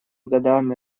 годами